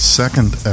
second